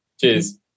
Cheers